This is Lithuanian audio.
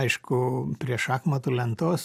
aišku prie šachmatų lentos